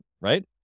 right